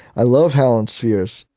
i love hallin's spheres.